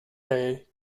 day